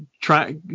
try